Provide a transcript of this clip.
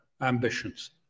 ambitions